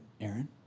Aaron